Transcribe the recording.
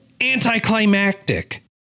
anticlimactic